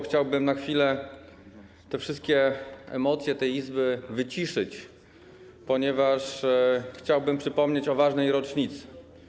Chciałbym na chwilę te wszystkie emocje tej Izby wyciszyć, ponieważ chciałbym przypomnieć o ważnej rocznicy.